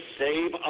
save